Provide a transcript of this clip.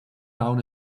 down